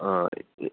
ਏ